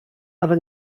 ale